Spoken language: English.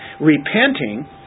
repenting